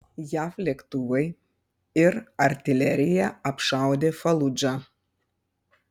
jav lėktuvai ir artilerija apšaudė faludžą